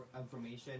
information